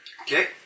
Okay